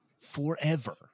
forever